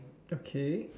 okay